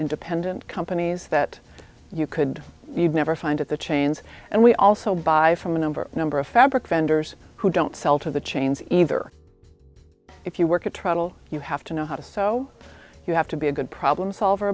independent companies that you could never find at the chains and we also buy from a number number of fabric vendors who don't sell to the chains either if you work at trouble you have to know how to so you have to be a good problem solver